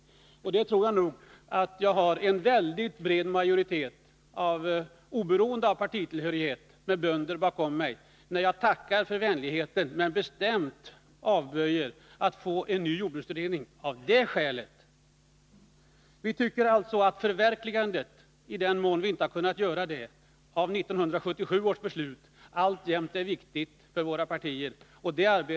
Oberoende av partitillhörighet står nog en väldigt bred majoritet av bönderna bakom mig, när jag tackar för vänligheten men bestämt avvisar tanken på en ny jordbruksutredning, grundad på de skäl som Svante Lundkvist anför. Vi tycker alltså att förverkligandet av 1977 års beslut, i den mån förverkligandet inte har skett, alltjämt är viktigt för våra partier.